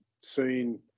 seen